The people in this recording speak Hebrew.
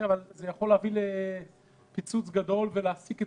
זה יכול להביא לפיצוץ גדול ולהעסיק את